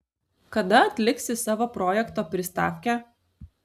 kada atliksi savo projekto pristavkę